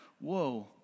whoa